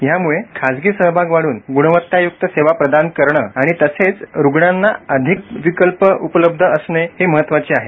यामुळे खाजगी सहभाग वाढून गुणवत्ता युक्त सेवा प्रदान आणि तसंच रुग्न्यांना अधिक विकल्प उपलब्ध असणे हे महत्वाचे आहे